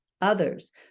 others